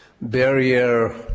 Barrier